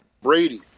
Brady